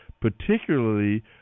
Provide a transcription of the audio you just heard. particularly